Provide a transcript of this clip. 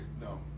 No